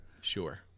Sure